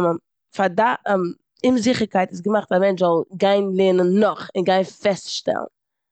פאר דיין אומזיכערקייט איז געמאכט א מענטש זאל גיין לערנען נאך און גיין פעסטשטעלן.